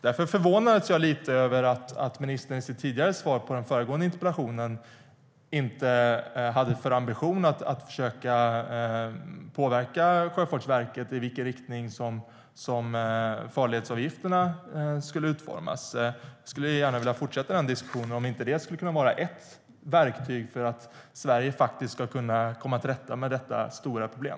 Därför förvånas jag lite över att ministern i sitt svar på den föregående interpellationen inte sa sig ha någon ambition att försöka påverka Sjöfartsverket beträffande i vilken riktning farledsavgifterna skulle utformas. Jag skulle gärna vilja fortsätta den diskussionen. Skulle inte det kunna vara ett verktyg för att Sverige ska kunna komma till rätta med detta stora problem?